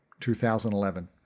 2011